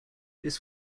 this